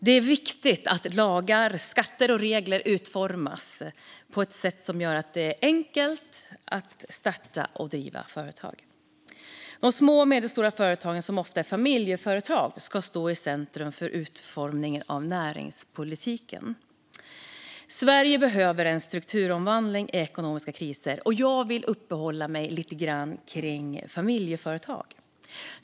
Det är viktigt att lagar, skatter och regler utformas på ett sätt som gör att det är enkelt att starta och driva företag. De små och medelstora företagen, som ofta är familjeföretag, ska stå i centrum för utformningen av näringspolitiken. Sverige behöver strukturomvandling i ekonomiska kriser. Jag vill uppehålla mig lite grann vid familjeföretag.